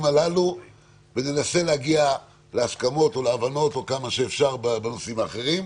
הללו וננסה להגיע להסכמות או להבנות כמה שאפשר בנושאים האחרים.